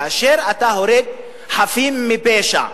כאשר אתה הורג חפים מפשע,